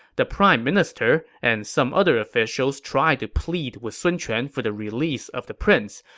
the prime minister and some other officials tried to plead with sun quan for the release of the prince,